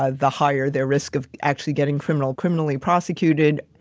ah the higher their risk of actually getting criminal, criminally prosecuted,